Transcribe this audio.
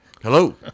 Hello